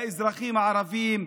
לאזרחים הערבים.